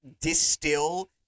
distill